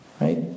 right